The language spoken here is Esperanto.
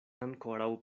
ankoraŭ